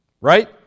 Right